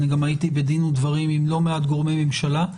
אני גם הייתי בדין ודברים עם לא מעט גורמי ממשלה,